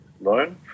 loan